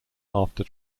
after